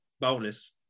bonus